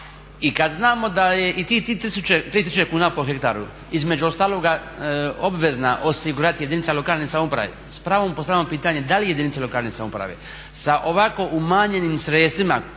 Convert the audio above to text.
I kad znamo da je i tih 3000 kuna po hektaru između ostaloga obvezna osigurati jedinica lokalne samouprave, s pravom postavljamo pitanje da li jedinice lokalne samouprave sa ovako umanjenim sredstvima